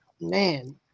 man